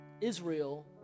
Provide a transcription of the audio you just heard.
Israel